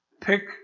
Pick